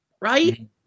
right